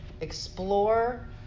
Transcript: Explore